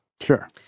Sure